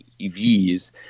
evs